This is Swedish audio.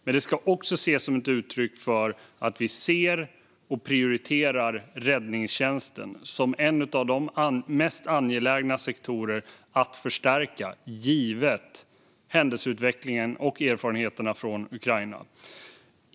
Men det ska också ses som ett uttryck för att vi ser och prioriterar räddningstjänsten som en av de mest angelägna sektorerna att förstärka givet händelseutvecklingen och erfarenheterna från Ukraina.